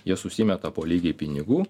jie susimeta po lygiai pinigų